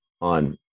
on